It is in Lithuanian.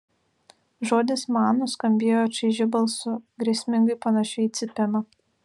žodis man nuskambėjo čaižiu balsu grėsmingai panašiu į cypimą